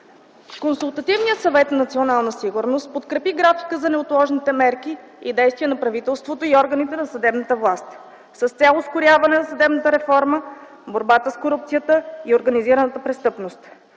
Консултативният съвет по национална сигурност подкрепи графика за неотложните мерки и действия на правителството и органите на съдебната власт с цел ускоряване на съдебната реформа в борбата с корупция и организираната престъпност.